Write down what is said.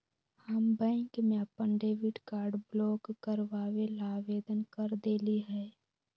हम बैंक में अपन डेबिट कार्ड ब्लॉक करवावे ला आवेदन कर देली है